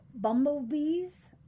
bumblebees